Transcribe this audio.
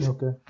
Okay